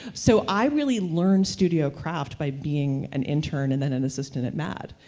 so i really learned studio craft by being an intern and then an assistant at mad,